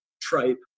tripe